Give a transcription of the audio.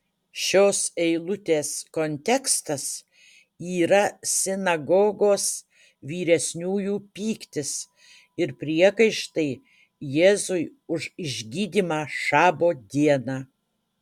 šios eilutės kontekstas yra sinagogos vyresniųjų pyktis ir priekaištai jėzui už išgydymą šabo dieną